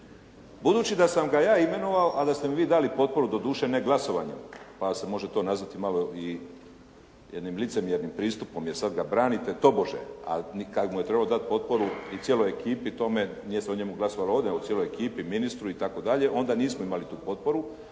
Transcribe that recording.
Budući da sam ga ja imenovao, a da ste mu vi dali potporu, doduše ne glasovanjem, pa se to može nazvati malo i jednim licemjernim pristupom, jer sada ga branite tobože, a kada mu je trebalo dati potporu i cijeloj ekipi tome, nije se o njemu glasovalo nego o cijeloj ekipi ministru itd., onda nismo imali tu potporu,